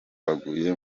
baguye